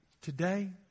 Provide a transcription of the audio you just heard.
today